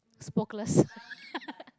spokeless